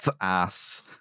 ass